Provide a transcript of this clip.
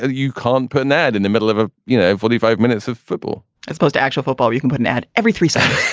ah you can't put an ad in the middle of a, you know, forty five minutes of football as opposed to actual football. you can put an ad every three seconds